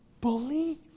Believe